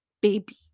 baby